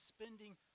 spending